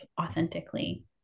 authentically